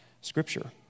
Scripture